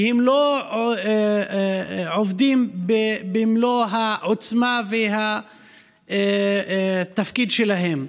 כי הם לא עובדים במלוא העוצמה והתפקיד שלהם.